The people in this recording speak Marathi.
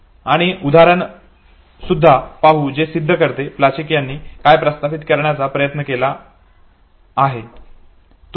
आणि ते उदाहरण सुद्धा पाहू जे सिद्ध करते प्लचिक काय प्रस्तावित करण्याचा प्रयत्न करीत होते